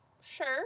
sure